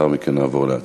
לאחר מכן נעבור להצבעה.